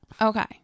Okay